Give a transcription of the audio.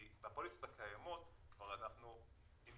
כי בפוליסות הקיימות --- אופיר,